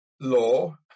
law